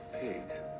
Pigs